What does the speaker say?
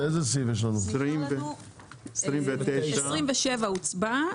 29-28. 27 הוצבע.